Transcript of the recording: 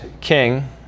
king